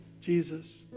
Jesus